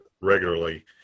regularly